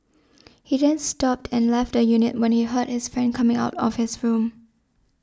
he then stopped and left the unit when he heard his friend coming out of his room